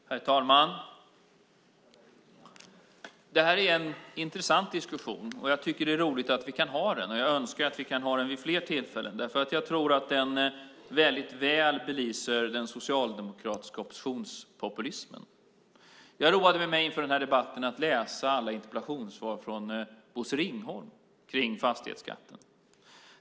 Herr talman! Det här är en intressant diskussion, och jag tycker att det är roligt att vi kan föra den. Jag önskar att vi kan föra den vid fler tillfällen, för jag tror att den väl belyser den socialdemokratiska oppositionspopulismen. Jag roade mig inför debatten med att läsa alla interpellationssvar från Bosse Ringholm om fastighetsskatten.